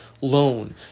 loan